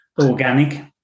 organic